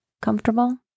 comfortable